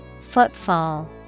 Footfall